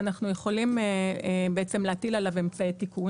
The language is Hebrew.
אנחנו יכולים להטיל עליו אמצעי תיקון.